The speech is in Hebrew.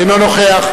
אינו נוכח